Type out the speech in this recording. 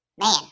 Man